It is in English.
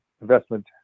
investment